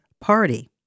party